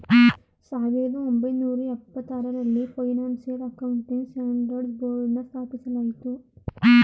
ಸಾವಿರದ ಒಂಬೈನೂರ ಎಪ್ಪತಾರರಲ್ಲಿ ಫೈನಾನ್ಸಿಯಲ್ ಅಕೌಂಟಿಂಗ್ ಸ್ಟ್ಯಾಂಡರ್ಡ್ ಬೋರ್ಡ್ನ ಸ್ಥಾಪಿಸಲಾಯಿತು